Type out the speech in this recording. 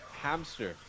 hamster